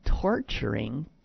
torturing